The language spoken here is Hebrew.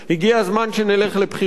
הגיע הזמן שנלך לבחירות.